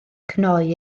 cnoi